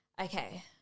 Okay